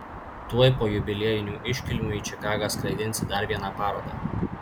tuoj po jubiliejinių iškilmių į čikagą skraidinsi dar vieną parodą